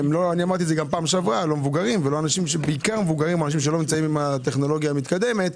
בעיקר המבוגרים או אנשים שאין להם טכנולוגיה מתקדמת,